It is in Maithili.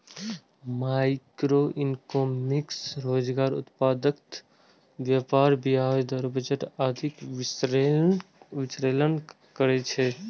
मैक्रोइकोनोमिक्स रोजगार, उत्पादकता, व्यापार, ब्याज दर, बजट आदिक विश्लेषण करै छै